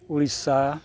Odisha